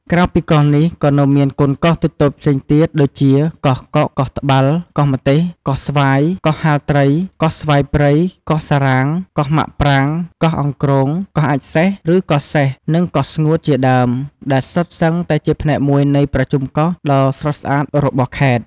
ក្រៅពីកោះពីនេះ ក៏នៅមានកូនកោះតូចៗផ្សេងទៀតដូចជា កោះកុក កោះត្បាល់ កោះម្ទេស កោះស្វាយ កោះហាលត្រី កោះស្វាយព្រៃ កោះសារ៉ាង កោះម៉ាកប្រាង កោះអង្គ្រង កោះអាចម៍សេះ ឬ កោះសេះ និង កោះស្ងួត ជាដើម ដែលសុទ្ធសឹងតែជាផ្នែកមួយនៃប្រជុំកោះដ៏ស្រស់ស្អាតរបស់ខេត្ត។